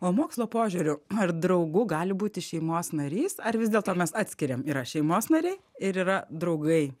o mokslo požiūriu ar draugu gali būti šeimos narys ar vis dėlto mes atskiriam yra šeimos nariai ir yra draugai